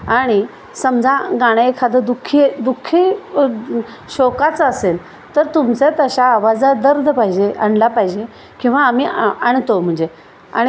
आणि समजा गाणं एखादं दु खी आहे दुःखी शोकाच असेल तर तुमचा तशा आवाजात दर्द पाहिजे आणला पाहिजे किंवा आम्ही आ आणतो म्हणजे आणि